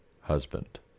husband